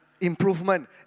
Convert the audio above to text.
Improvement